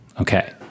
Okay